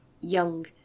young